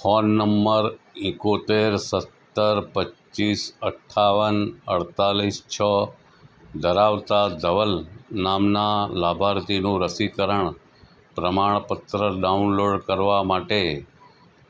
phone number ઇકોતેર સત્તર પચીસ અઠ્ઠાવન અડતાલીસ છ ધરાવતા ધવલ નામના લાભાર્થીનું રસીકરણ પ્રમાણપત્ર ડાઉનલોડ કરવા માટે